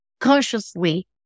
consciously